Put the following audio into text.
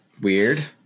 weird